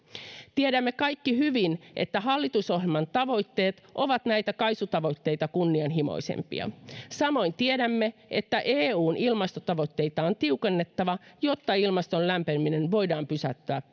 tiedämme kaikki hyvin että hallitusohjelman tavoitteet ovat näitä kaisu tavoitteita kunnianhimoisempia samoin tiedämme että eun ilmastotavoitteita on tiukennettava jotta ilmaston lämpeneminen voidaan pysäyttää